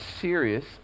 serious